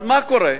אז מה קורה?